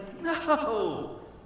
No